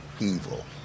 evil